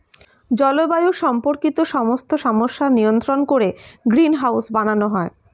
জলবায়ু সম্পর্কিত সমস্ত সমস্যা নিয়ন্ত্রণ করে গ্রিনহাউস বানানো হয়